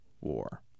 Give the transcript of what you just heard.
War